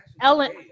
Ellen